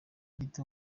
gito